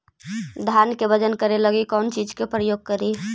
धान के बजन करे लगी कौन चिज के प्रयोग करि?